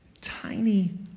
tiny